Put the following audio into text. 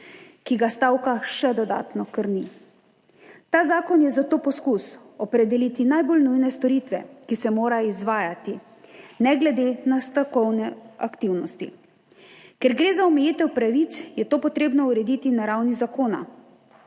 ki ga stavka še dodatno krni. Ta zakon je zato poskus opredeliti najbolj nujne storitve, ki se morajo izvajati ne glede na stavkovne aktivnosti. Ker gre za omejitev pravic, je to potrebno urediti na ravni zakona